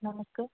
ନମସ୍କାର